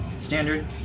Standard